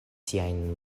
siajn